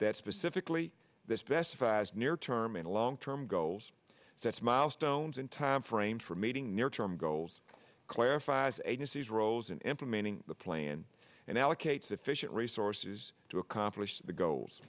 that specifically this specifies near term and long term goals sets milestones and time frame for meeting near term goals clarifies anuses roles in implementing the plan and allocate sufficient resources to accomplish the goals